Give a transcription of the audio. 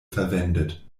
verwendet